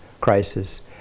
crisis